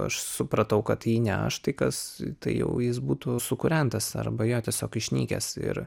aš supratau kad jei ne aš tai kas tai jau jis būtų sukūrentas arba jo tiesiog išnykęs ir